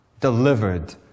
delivered